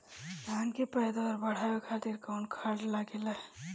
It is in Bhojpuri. धान के पैदावार बढ़ावे खातिर कौन खाद लागेला?